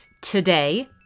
Today